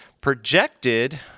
projected